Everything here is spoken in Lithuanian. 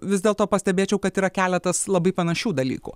vis dėlto pastebėčiau kad yra keletas labai panašių dalykų